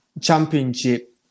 championship